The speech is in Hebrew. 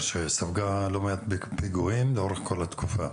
שספגה לא מעט פיגועים לאורך כל התקופות.